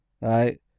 right